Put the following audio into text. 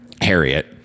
Harriet